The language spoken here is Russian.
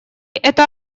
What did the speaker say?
это